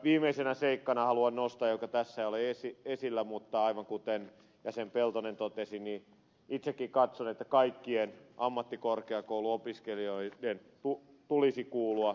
viimeisenä seikkana haluan nostaa asian jo ka tässä ei ole esillä mutta aivan kuten jäsen peltonen totesi niin itsekin katson että kaikkien ammattikorkeakouluopiskelijoiden tulisi kuulua opiskelijakuntaan